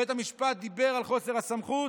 בית המשפט דיבר על חוסר הסמכות,